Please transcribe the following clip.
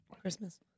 Christmas